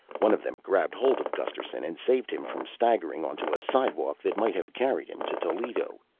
one of them grabbed hold of gusterson and saved him from staggering onto a slidewalk that might have carried him to toledo.